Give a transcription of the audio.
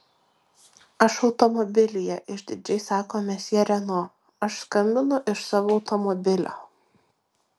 aš automobilyje išdidžiai sako mesjė reno aš skambinu iš savo automobilio